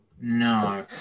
No